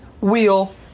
wheel